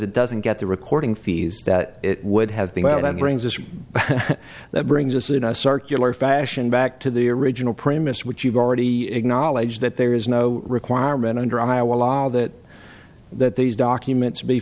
it doesn't get the recording fees that it would have been about that brings us that brings us in a circular fashion back to the original premise which you've already acknowledged that there is no requirement under iowa law that that these documents be